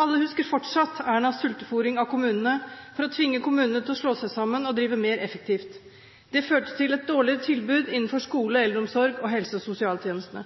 Alle husker fortsatt Ernas sultefôring av kommunene for å tvinge kommunene til å slå seg sammen og drive mer effektivt. Det førte til et dårligere tilbud innenfor skole, eldreomsorg og helse- og sosialtjenestene.